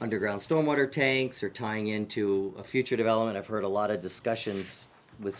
underground storm water tanks or tying into a future development i've heard a lot of discussions with